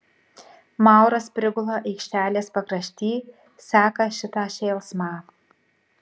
mauras prigula aikštelės pakrašty seka šitą šėlsmą